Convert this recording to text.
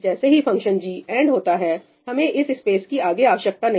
जैसे ही function g end होता है हमें इस स्पेस की आगे आवश्यकता नहीं है